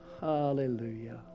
Hallelujah